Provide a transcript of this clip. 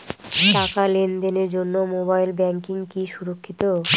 টাকা লেনদেনের জন্য মোবাইল ব্যাঙ্কিং কি সুরক্ষিত?